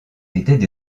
étaient